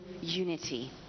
unity